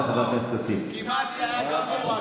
זה כמעט היה גמור,